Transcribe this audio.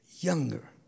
younger